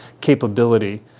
capability